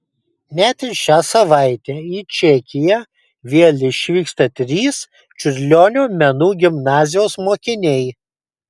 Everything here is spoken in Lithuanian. net ir šią savaitę į čekiją vėl išvyksta trys čiurlionio menų gimnazijos mokiniai